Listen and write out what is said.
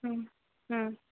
ம் ம்